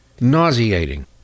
nauseating